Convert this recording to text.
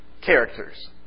characters